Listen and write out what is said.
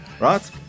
Right